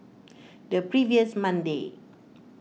the previous Monday